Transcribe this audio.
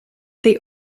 they